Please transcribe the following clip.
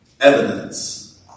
evidence